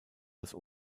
das